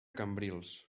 cambrils